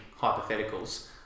hypotheticals